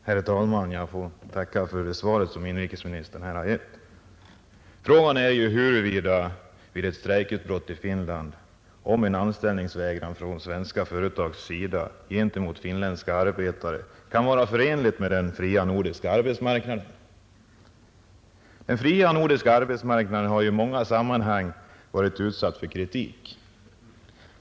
Herr talman! Jag får tacka för det svar som inrikesministern här har givit. Frågan är ju om vid ett strejkutbrott i Finland en anställningsvägran från de svenska företagens sida gentemot finländska arbetare kan vara förenlig med den fria nordiska arbetsmarknaden. Den fria nordiska arbetsmarknaden har i många sammanhang varit utsatt för kritik.